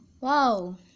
Wow